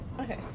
Okay